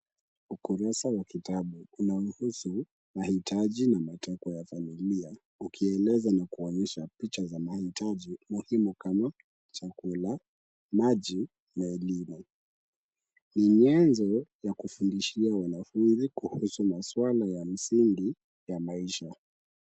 Ukurasa wa kitabu unayohusu mahitaji na matakwa ya familia ukieleza na kuonyesha picha za mahitaji muhimu kama chakula, maji na elimu. Ni mienzo ya kufundishia wanafunzi kuhusu maswala ya msingi ya maisha.